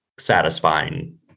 satisfying